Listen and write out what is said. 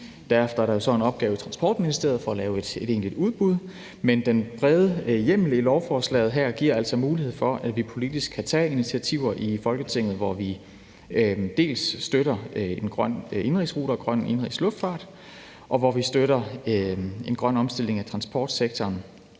er der jo så en opgave i Transportministeriet med at lave et egentlig udbud. Men den brede hjemmel i lovforslaget her giver altså mulighed for, at vi politisk kan tage initiativer i Folketinget, hvor vi støtter en grøn indenrigsrute og grøn indenrigs luftfart, og hvor vi støtter en grøn omstilling af transportsektoren